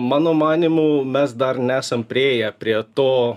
mano manymu mes dar nesam priėję prie to